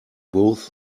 both